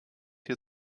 hier